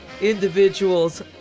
individuals